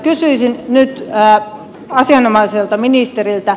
kysyisin nyt asianomaiselta ministeriltä